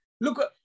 look